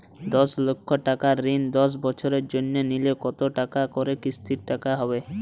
দশ লক্ষ টাকার ঋণ দশ বছরের জন্য নিলে কতো টাকা করে কিস্তির টাকা হবে?